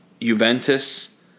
Juventus